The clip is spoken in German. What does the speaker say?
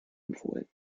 empfohlen